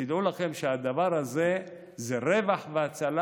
תדעו לכם שהדבר הזה זה רווח והצלה,